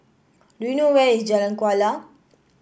do you know where is Jalan Kuala